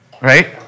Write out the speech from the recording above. Right